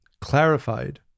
clarified